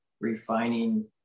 refining